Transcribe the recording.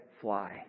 fly